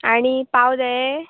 आनी पाव जाये